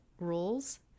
rules